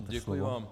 Děkuji vám.